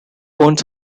owned